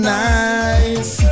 nice